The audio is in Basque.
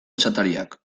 esatariak